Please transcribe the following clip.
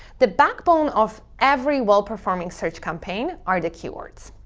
the backbone of every well-performing search campaign are the keywords.